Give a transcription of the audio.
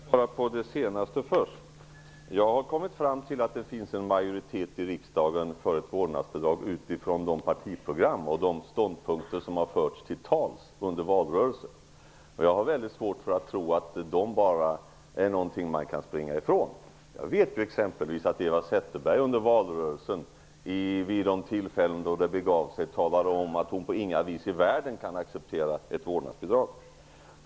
Herr talman! Jag kanske kan svara på det senaste först. Jag har kommit fram till att det finns en majoritet i riksdagen för ett vårdnadsbidrag, utifrån de partiprogram och de ståndpunkter som förts till tals under valrörelsen. Jag har väldigt svårt för att tro att det är någonting som man bara kan springa ifrån. Jag vet exempelvis att Eva Zetterberg under valrörelsen vid de tillfällen då det begav sig talade om att hon på inga vis i världen kan acceptera ett vårdnadsbidrag.